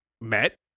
met